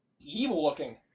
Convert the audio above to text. evil-looking